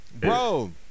bro